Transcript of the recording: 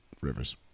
Rivers